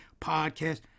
podcast